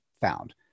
found